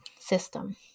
system